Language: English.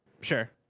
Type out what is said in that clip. Sure